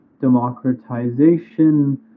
democratization